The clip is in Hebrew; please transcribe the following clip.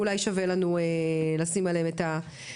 אולי שווה לנו לשים עליהם את הדגש.